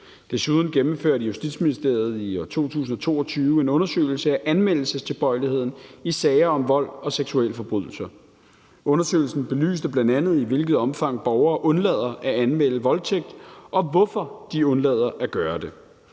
Desuden gennemførte Justitsministeriet i 2022 en undersøgelse af anmeldelsestilbøjeligheden i sager om vold og seksuelle forbrydelser. Undersøgelsen belyste bl.a., i hvilket omfang borgere undlader at anmelde voldtægt, og hvorfor de undlader at gøre det.